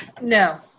no